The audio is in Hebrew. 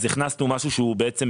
אז הכנסנו משהו שהוא עצם,